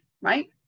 right